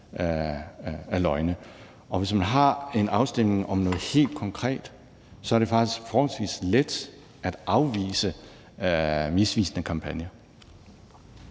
løgne. Hvis man har en afstemning om noget helt konkret, er det faktisk forholdsvis let at afvise misvisende kampagner.